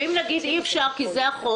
ואם נגיד אי אפשר, כי זה החוק.